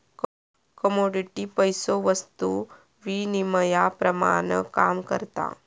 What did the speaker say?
commodity पैसो वस्तु विनिमयाप्रमाण काम करता